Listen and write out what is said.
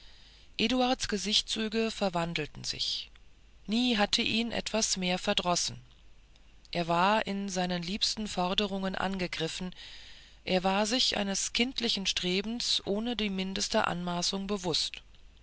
eduards gesichtszüge verwandelten sich nie hatte ihn etwas mehr verdrossen er war in seinen liebsten forderungen angegriffen er war sich eines kindlichen strebens ohne die mindeste anmaßung bewußt